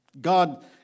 God